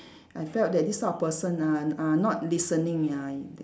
I felt that this sort of person ah are not listening ah